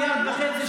1.5 מיליארד שקלים,